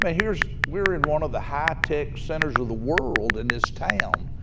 but here's we're in one of the high tech centers of the world in this town,